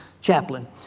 chaplain